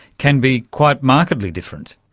can be quite markedly different.